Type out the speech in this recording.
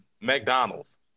McDonald's